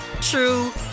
true